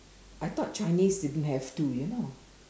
I thought Chinese didn't have to you know